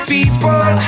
people